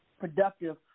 productive